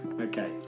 Okay